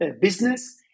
business